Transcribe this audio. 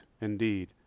indeed